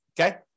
Okay